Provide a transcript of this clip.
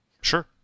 Sure